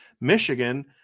Michigan